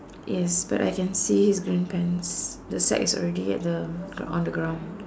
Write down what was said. yes but I can see his green pants the sack is already at the on the ground